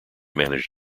manage